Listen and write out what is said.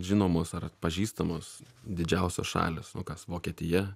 žinomos ar atpažįstamos didžiausios šalys va kas vokietija